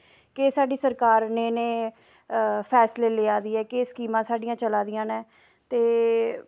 केह् साढ़ी सरकार नै फैसले लेआ दी ऐ केह् सकीमां साढ़ियां चलादियां न ते